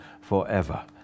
forever